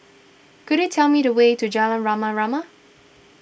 could you tell me the way to Jalan Rama Rama